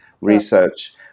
research